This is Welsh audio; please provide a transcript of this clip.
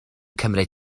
cymryd